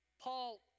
Paul